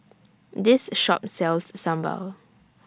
This Shop sells Sambal